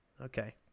Okay